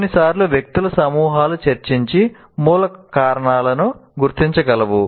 కొన్నిసార్లు వ్యక్తుల సమూహాలు చర్చించి మూల కారణాలను గుర్తించగలవు